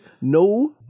No